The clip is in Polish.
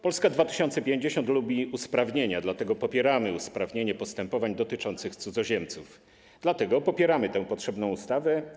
Polska 2050 lubi usprawnienia, dlatego popieramy usprawnienie postepowań dotyczących cudzoziemców, dlatego popieramy tę potrzebną ustawę.